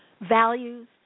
values